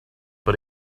but